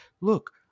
Look